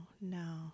no